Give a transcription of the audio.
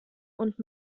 und